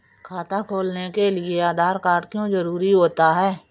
खाता खोलने के लिए आधार कार्ड क्यो जरूरी होता है?